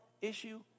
issue